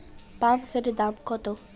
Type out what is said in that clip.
পাম্পসেটের দাম কত?